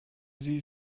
sie